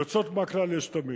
יוצאות מהכלל יש תמיד,